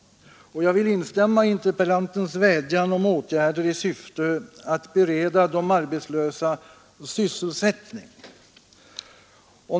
Och jag vill instämma i interpellantens vädjan om åtgärder i syfte att bereda de arbetslösa sysselsättning.